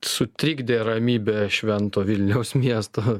sutrikdė ramybę švento vilniaus miesto